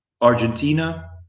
Argentina